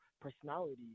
personality